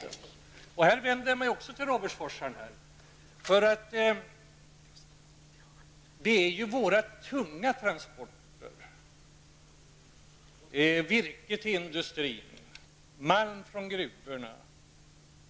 Även i detta sammanhang vänder jag mig till Robertforsaren. Det är de tunga transporterna -- transporterna av virke till industrin och av malm från gruvorna --